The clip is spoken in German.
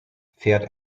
fährt